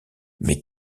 mais